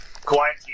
Quiet